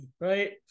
right